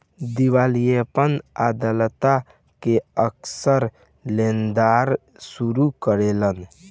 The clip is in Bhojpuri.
दिवालियापन अदालत के अक्सर लेनदार शुरू करेलन